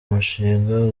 mushinga